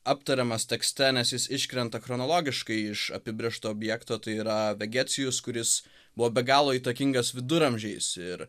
aptariamas tekste nes jis iškrenta chronologiškai iš apibrėžto objekto tai yra vegecijus kuris buvo be galo įtakingas viduramžiais ir